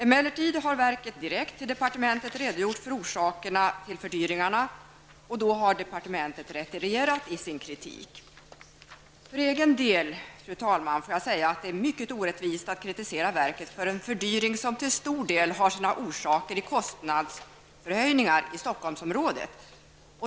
Emellertid har verket direkt till departementet redogjort för orsakerna till fördyringarna, och då har departementet retirerat i sin kritik. För egen del får jag säga, att det är mycket orättvisst att kritisera verket för en fördyring som till stor del har sina orsaker i kostnadsförhöjningar i Stockholmsområdet.